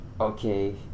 Okay